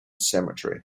cemetery